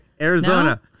Arizona